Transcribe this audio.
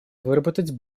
выработать